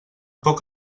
poc